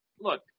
Look